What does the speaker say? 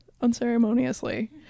unceremoniously